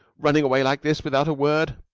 running away like this, without a word?